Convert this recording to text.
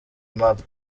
aimable